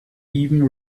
even